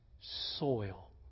soil